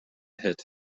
hit